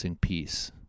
piece